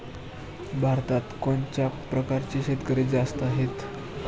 भारतात कोणत्या प्रकारचे शेतकरी जास्त आहेत?